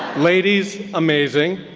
ladies, amazing.